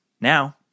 now